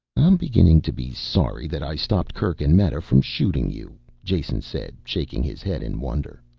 i'm beginning to be sorry that i stopped kerk and meta from shooting you, jason said, shaking his head in wonder.